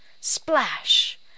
Splash